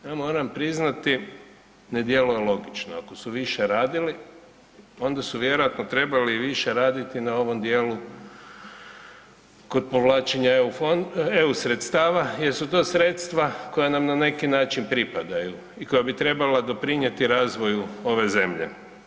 Ja moram priznati, ne djeluje logično, ako su više radili, onda su vjerojatno trebali više raditi na ovom djelu kod povlačenja EU sredstava jer su to sredstva koja nam na neki način pripadaju i koja bi trebala doprinijeti razvoju ove zemlje.